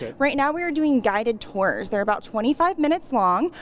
yeah right now we are doing guided tours. they're about twenty five minutes long.